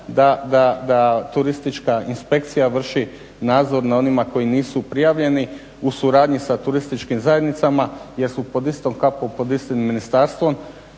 da Turistička inspekcija vrši nadzor nad onima koji nisu prijavljeni u suradnji sa turističkim zajednicama jer su pod istom kapom, pod istim ministarstvom.